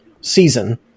season